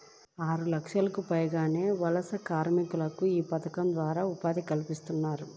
ఆరులక్షలకు పైగా వలస కార్మికులకు యీ పథకం ద్వారా ఉపాధి కల్పించారు